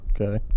okay